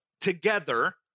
together